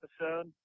episode